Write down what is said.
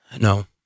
No